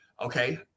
Okay